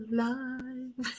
life